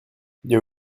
the